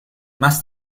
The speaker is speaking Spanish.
más